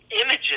images